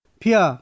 pia